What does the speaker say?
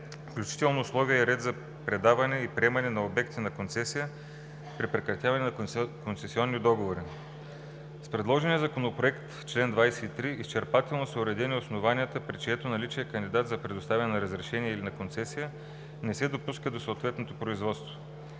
включително условия и ред за предаване и приемане на обекти на концесия при прекратяване на концесионните договори. С предложения законопроект – чл. 23, изчерпателно са уредени основанията, при чието наличие кандидат за предоставяне на разрешение или на концесия не се допуска до съответното производство.